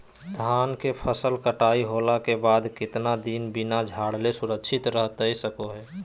धान के फसल कटाई होला के बाद कितना दिन बिना झाड़ले सुरक्षित रहतई सको हय?